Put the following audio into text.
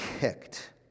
kicked